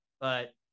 but-